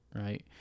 right